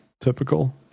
typical